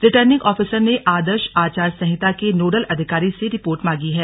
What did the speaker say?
returning officer ने आदर्श आचार संहिता के नोडल अधिकारी से रिपोर्ट मांगी है